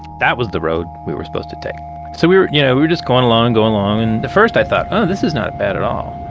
that was the road we were supposed to take so we were you know we were just going along, going along. and the first i thought, oh this is not bad at all.